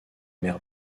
mer